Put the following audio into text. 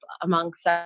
amongst